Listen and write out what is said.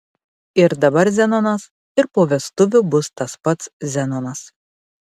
ir dabar zenonas ir po vestuvių bus tas pats zenonas